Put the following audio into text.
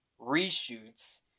reshoots